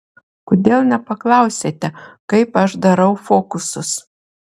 kodėl nepaklausėte kaip aš darau fokusus